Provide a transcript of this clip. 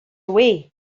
away